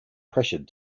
pressured